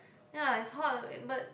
ya it's hot but